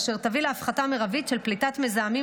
אשר תביא להפחתה מרבית של פליטת מזהמים